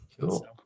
cool